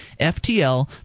FTL